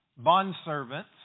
bondservants